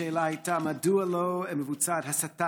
השאלה הייתה: מדוע לא מבוצעת הסטה